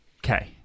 Okay